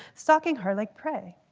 stalking her like prey.